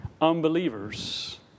unbelievers